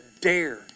dare